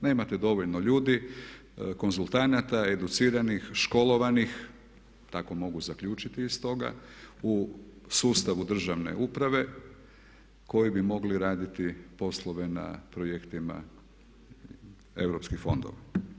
Nemate dovoljno ljudi, konzultanata, educiranih, školovanih tako mogu zaključiti iz toga u sustavu državne uprave koji bi mogli raditi poslove na projektima europskih fondova.